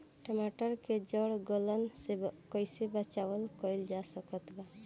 टमाटर के जड़ गलन से कैसे बचाव कइल जा सकत बा?